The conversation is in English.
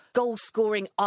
goal-scoring